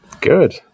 good